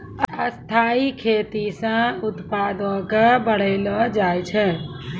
स्थाइ खेती से उत्पादो क बढ़लो जाय छै